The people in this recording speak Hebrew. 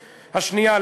השנייה,